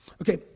Okay